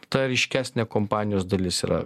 ta ryškesnė kompanijos dalis yra